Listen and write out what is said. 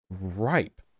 ripe